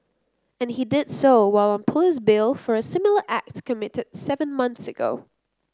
and he did so while police bail for a similar act committed seven month ago